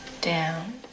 down